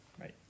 right